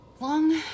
long